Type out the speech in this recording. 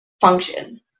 function